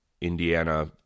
Indiana